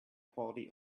quality